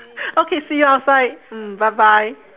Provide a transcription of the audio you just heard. okay see you outside mm bye bye